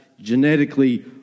genetically